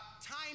time